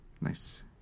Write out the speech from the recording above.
Nice